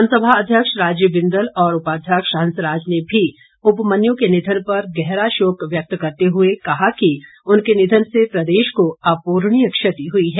विधानसभा अध्यक्ष राजीव बिंदल और उपाध्यक्ष हंसराज ने भी उपमन्यु के निधन पर गहरा शोक व्यक्त करते हुए कहा कि उनके निधन से प्रदेश को अपूर्णीय क्षति हुई है